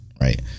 right